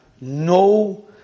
no